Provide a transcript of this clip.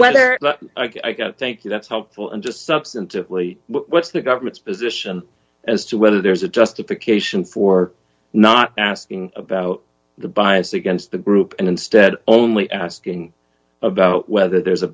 whether thank you that's helpful and just substantively what's the government's position as to whether there's a justification for not asking about the bias against the group and instead only asking about whether there's a